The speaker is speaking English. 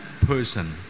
person